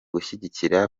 gushyigikira